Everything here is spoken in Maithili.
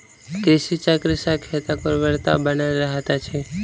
कृषि चक्र सॅ खेतक उर्वरता बनल रहैत अछि